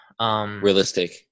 Realistic